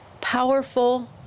powerful